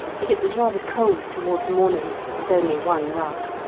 but it was rather cold towards morning with only one rug.